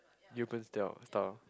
European style style